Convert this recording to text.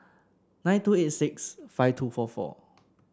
nine two eight six five two four four